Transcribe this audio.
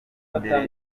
mbere